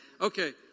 Okay